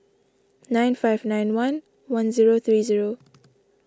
nine five nine one one zero three zero